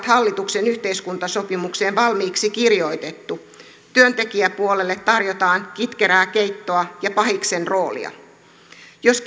hallituksen yhteiskuntasopimukseen valmiiksi kirjoitettu työntekijäpuolelle tarjotaan kitkerää keittoa ja pahiksen roolia jos